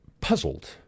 puzzled